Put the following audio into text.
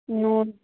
ও